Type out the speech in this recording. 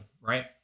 right